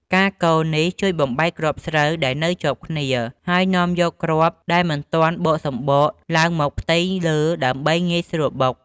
ការកូរនេះជួយបំបែកគ្រាប់ស្រូវដែលជាប់គ្នា ហើយនាំយកគ្រាប់ដែលមិនទាន់បកសម្បកឡើងមកផ្ទៃលើដើម្បីងាយស្រួលបុក។